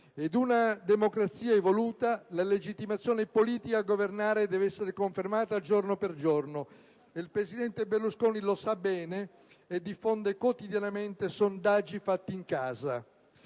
In una democrazia evoluta la legittimazione politica a governare deve essere confermata giorno per giorno. Il presidente Berlusconi lo sa bene e diffonde quotidianamente sondaggi fatti in casa.